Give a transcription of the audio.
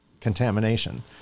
contamination